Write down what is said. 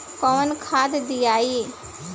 कौन खाद दियई?